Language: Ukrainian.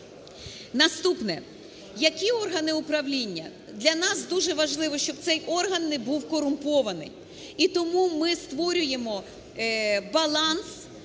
Наступне. Які органи управління? Для нас дуже важливо, щоб цей орган не був корумпований. І тому ми створюємо баланс